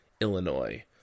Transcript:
Illinois